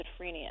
schizophrenia